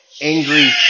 angry